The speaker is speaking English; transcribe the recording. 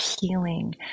healing